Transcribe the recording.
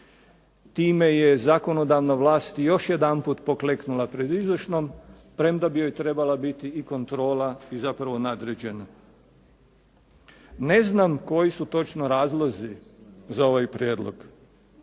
Time je zakonodavna vlast još jedanput pokleknula pred izvršnom, premda bi joj trebala biti i kontrola i zapravo nadređena. Ne znam koji su točno razlozi za ovaj prijedlog,